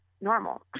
normal